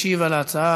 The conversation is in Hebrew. משיב על ההצעה